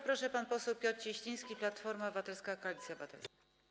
Proszę, pan poseł Piotr Cieśliński, Platforma Obywatelska - Koalicja Obywatelska.